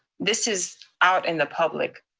this is out in the public